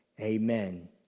Amen